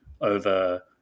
over